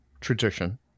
tradition